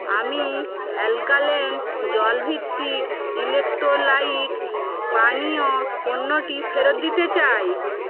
আমি অ্যালকালেন জলভিত্তিক ইলেক্ট্রোলাইট পানীয় পণ্যটি ফেরত দিতে চাই